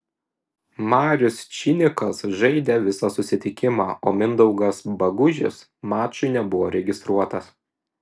marius činikas žaidė visą susitikimą o mindaugas bagužis mačui nebuvo registruotas